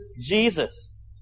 Jesus